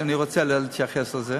שאני רוצה להתייחס אליו.